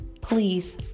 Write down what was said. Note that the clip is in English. please